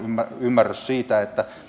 ymmärrys siitä että